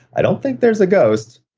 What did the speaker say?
i don't think there's a ghost.